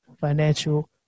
financial